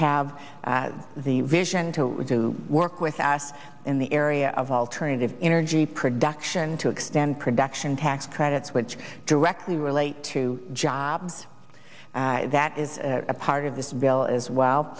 have the vision to do work with us in the area of alternative energy production to expand production tax credits which directly relate to jobs that is a part of this bill as well